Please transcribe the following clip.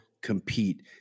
compete